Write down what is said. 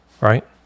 right